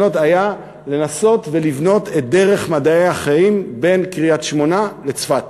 לנסות ולבנות את "דרך מדעי החיים" בין קריית-שמונה לצפת,